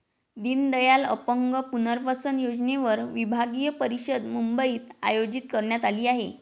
दीनदयाल अपंग पुनर्वसन योजनेवर विभागीय परिषद मुंबईत आयोजित करण्यात आली आहे